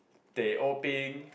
teh O peng